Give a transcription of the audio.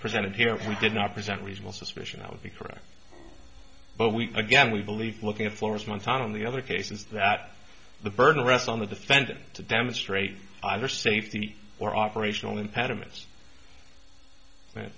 presented here and we did not present reasonable suspicion that would be correct but we again we believe looking at forest one time on the other cases that the burden rests on the defendant to demonstrate either safety or operational impediments that